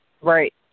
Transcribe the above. Right